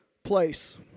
place